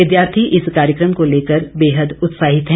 विद्यार्थी इस कार्यक्रम को लेकर बेहद उत्साहित हैं